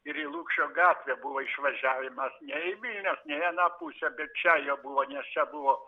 ir į lukšio gatvę buvo išvažiavimas ne į vilniaus ne į aną pusę bet čia jie buvo nes čia buvo